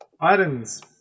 items